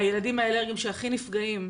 הילדים האלרגיים שהכי נפגעים,